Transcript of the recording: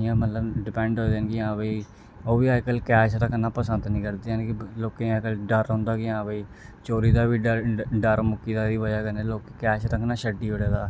इयां मतलब डिपैंड होए दे न कि हां भाई ओह् बी अज्ज कल कैश रक्खना पसंद निं करदे हैन कि लोकें गी अज्ज कल डर रौंह्दा कि हां भाई चोरी दा बी डर डर मुक्की गेदा एह्दी बजह् कन्नै लोकें अज्ज कल रक्खना छड्डी ओड़े दा